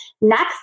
next